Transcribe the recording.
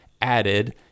added